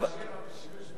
זה היה ב-1967.